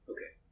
Okay